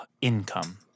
income